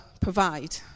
provide